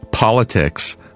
politics